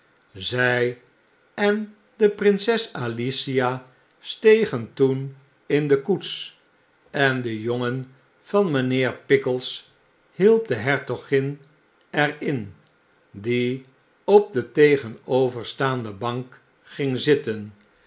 zy en de prinses alicia stegen toen in de koets en de jongen van mijnhper pickles hielp de hertogin er in die op de tegenoverstaande bank ging zitten